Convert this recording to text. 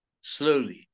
slowly